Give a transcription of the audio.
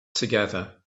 together